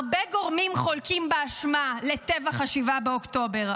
הרבה גורמים חולקים באשמה לטבח 7 באוקטובר,